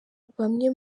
bamwe